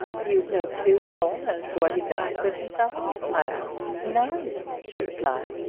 you've no clew at all as to what he does with himself? i asked. none, she replied,